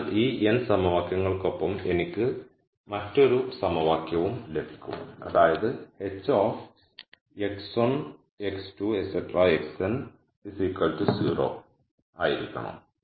അതിനാൽ ഈ n സമവാക്യങ്ങൾക്കൊപ്പം എനിക്ക് മറ്റൊരു സമവാക്യവും ലഭിക്കും അതായത് hx1 x2 xn 0 ആയിരിക്കണം